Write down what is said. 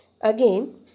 again